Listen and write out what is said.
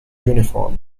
uniform